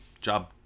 job